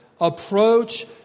approach